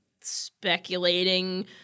speculating